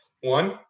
one